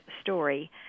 story